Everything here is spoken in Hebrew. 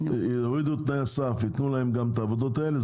יורידו את תנאי הסף וייתנו להם גם את העבודות האלה,